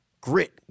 grit